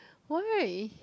why